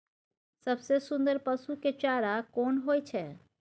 सबसे सुन्दर पसु के चारा कोन होय छै?